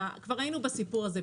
כבר היינו בסיפור הזה.